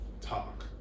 talk